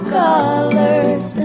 colors